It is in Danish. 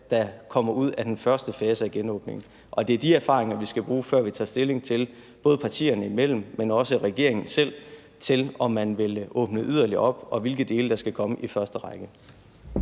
der kommer ud af den første fase af genåbningen, og det er de erfaringer, vi skal bruge, før vi – både partierne imellem, men også regeringen selv – tager stilling til, om man vil åbne yderligere op, og hvilke dele der skal komme i første række.